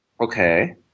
Okay